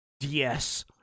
yes